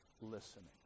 listening